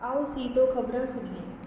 ਆਉ ਸੀ ਤੋਂ ਖਬਰਾਂ ਸੁਣੀਏ